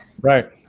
Right